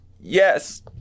Yes